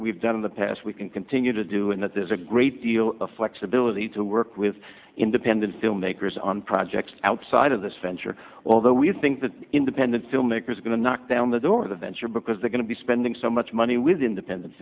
that we've done in the past we can continue to do and that there's a great deal of flexibility to work with independent filmmakers on projects outside of this venture although we think that independent filmmakers are going to knock down the door of the venture because they're going to be spending so much money with independent